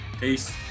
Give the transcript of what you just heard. Peace